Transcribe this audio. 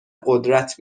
قدرت